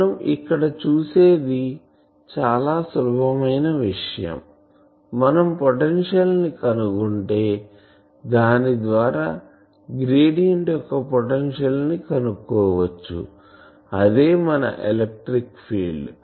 మనం ఇక్కడ చూసేది చాలా సులభమైన విషయం మనం పొటెన్షియల్ కనుక్కొంటే దాని ద్వారా గ్రేడియంట్ యొక్క పొటెన్షియల్ ని కనుక్కోవచ్చు అదే మన ఎలక్ట్రిక్ ఫీల్డ్